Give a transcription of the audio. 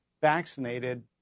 vaccinated